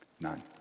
None